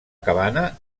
cabana